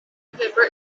paper